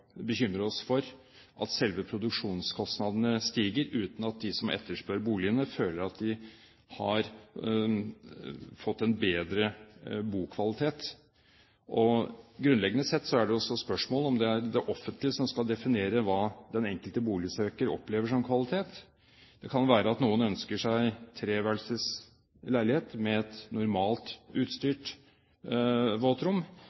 bekymre oss for at selve produksjonskostnadene stiger, uten at de som etterspør boligene, føler at de har fått en bedre bokvalitet. Grunnleggende sett er det også spørsmål om det er det offentlige som skal definere hva den enkelte boligsøker opplever som kvalitet. Det kan være at noen ønsker seg en treværelses leilighet med et normalt utstyrt våtrom,